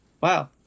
Wow